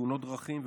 תאונות דרכים,